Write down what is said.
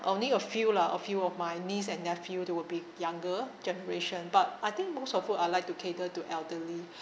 only a few lah a few of my niece and nephew they will be younger generation but I think most of whom I'd like to cater to elderly